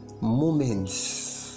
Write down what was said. moments